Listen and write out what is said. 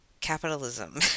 capitalism